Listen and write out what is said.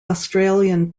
australian